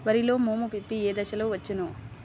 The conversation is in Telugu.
వరిలో మోము పిప్పి ఏ దశలో వచ్చును?